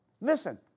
Listen